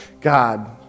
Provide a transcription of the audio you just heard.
God